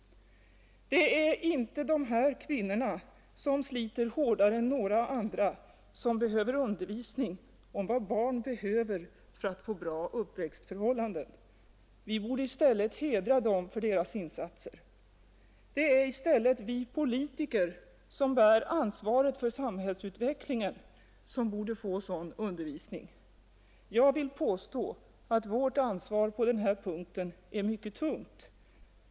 Det är inte de här kvinnorna som sliter hårdare än några andra som skall ha undervisning om vad barn behöver för att få bra uppväxtförhållanden. Vi borde i stället hedra dem för deras insatser. Det är i stället vi politiker, som bär ansvaret för samhällsutvecklingen, som borde få sådan undervisning. Jag vill påstå att vårt ansvar på den här punkten är mycket tungt.